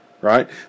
right